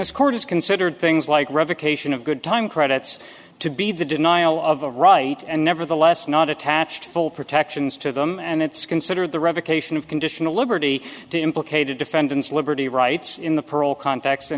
this court is considered things like revocation of good time credits to be the denial of a right and nevertheless not attached full protections to them and it's considered the revocation of conditional liberty to implicate a defendant's liberty rights in the parole context and